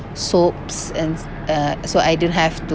soaps and s~ uh so I didn't have to